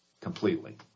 completely